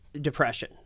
depression